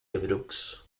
brooks